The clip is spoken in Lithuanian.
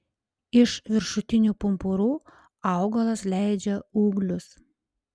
iš viršutinių pumpurų augalas leidžia ūglius